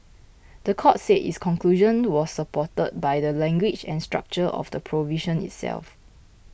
the court said its conclusion was supported by the language and structure of the provision itself